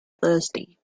thirsty